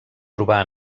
trobar